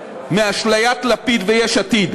מאשליית לפיד ויש עתיד,